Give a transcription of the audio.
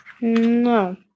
No